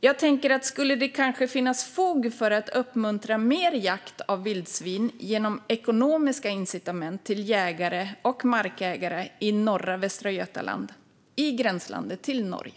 Jag tänker att det kanske kan finnas fog för att uppmuntra mer jakt på vildsvin genom ekonomiska incitament till jägare och markägare i norra Västra Götaland, i gränslandet till Norge.